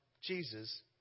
Jesus